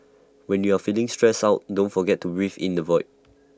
when you are feeling stressed out don't forget to breathe in the void